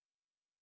hello